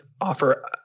offer